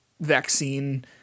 vaccine